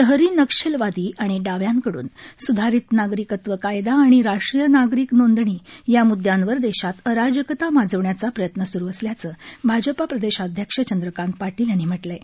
शहरी नक्षलवादी आणि डाव्यांकडून स्धारित नागरिकत्व कायदा आणि राष्ट्रीय नागरिक नोंदणी या मुद्दयांवर देशात अराजकता माजवण्याचा प्रयत्न स्रु असल्याचं भाजपा प्रदेशाध्यक्ष चंद्रकांत पाटील यांनी म्हटलं आहे